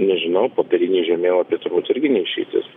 nežinau popieriniai žemėlapiai turbūt irgi ne išeitis